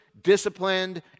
disciplined